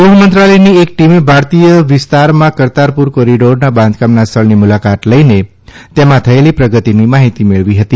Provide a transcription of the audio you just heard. ગૃહમંત્રાલયની એક ટીમે ભારતીય વિસ્તારમાં કરતારપુર કોરીડોરના બાંધકામના સ્થળની મુલાકાત લઇને તેમાં થયેલી પ્રગતિની માહિતી મેળવી હતી